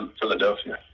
Philadelphia